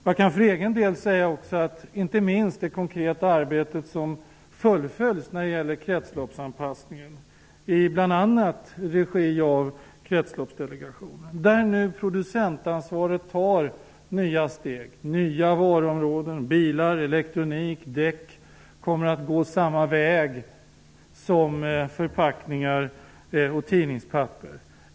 Jag kan för egen del också nämna inte minst det konkreta arbete som fullföljs i kretsloppsanpassningen i regi av bl.a. Kretsloppsdelegationen. När det gäller produktansvaret tas nya steg. Nya varuområden som bilar, elektronik och däck kommer att gå samma väg som förpackningar och tidningspapper.